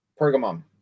Pergamum